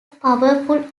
powerful